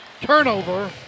Turnover